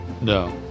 no